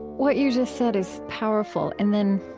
what you just said is powerful and then,